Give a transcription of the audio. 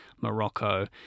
Morocco